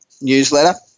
newsletter